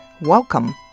Welcome